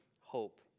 hope